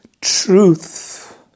truth